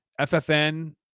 FFN